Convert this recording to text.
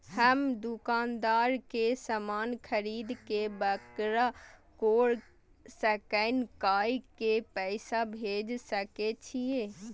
हम दुकानदार के समान खरीद के वकरा कोड स्कैन काय के पैसा भेज सके छिए?